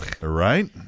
Right